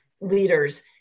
leaders